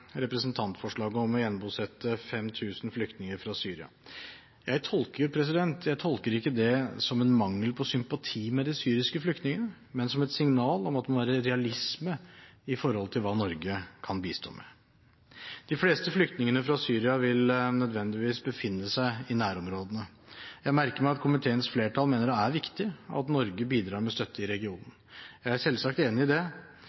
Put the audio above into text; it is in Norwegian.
representantforslaget om å gjenbosette 5 000 flyktninger fra Syria. Jeg tolker ikke det som en mangel på sympati med de syriske flyktningene, men som et signal om at det må være realisme i forhold til hva Norge kan bistå med. De fleste flyktningene fra Syria vil nødvendigvis befinne seg i nærområdene. Jeg merker meg at komiteens flertall mener det er viktig at Norge bidrar med støtte i regionen. Jeg er selvsagt enig i det.